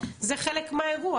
זה חלק מהאירוע,